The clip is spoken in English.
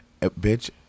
Bitch